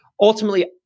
ultimately